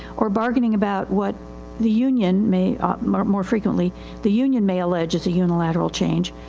or bargaining about what the union may, um more more frequently the union may allege as a unilateral change.